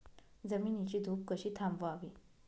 जमिनीची धूप कशी थांबवावी?